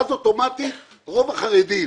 אז אוטומטית יצאו רוב החרדים,